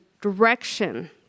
direction